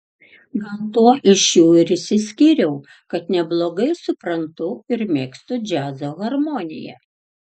gal tuo iš jų ir išsiskyriau kad neblogai suprantu ir mėgstu džiazo harmoniją